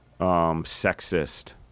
sexist